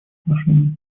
отношений